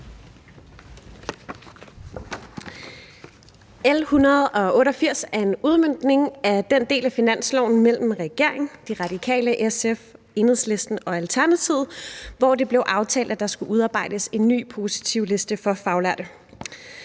L 188 er en udmøntning af en del af finanslovsaftalen mellem regeringen, Det Radikale Venstre, SF, Enhedslisten og Alternativet, hvor det blev aftalt, at der skulle udarbejdes en ny positivliste for faglærte.